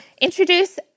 introduce